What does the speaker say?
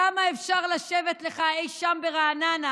כמה אפשר לשבת לך אי שם ברעננה,